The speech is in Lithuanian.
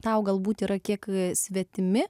tau galbūt yra kiek svetimi